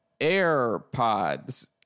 AirPods